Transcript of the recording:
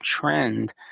trend